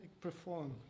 perform